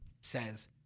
says